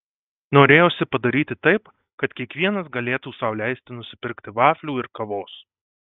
norėjosi padaryti taip kad kiekvienas galėtų sau leisti nusipirkti vaflių ir kavos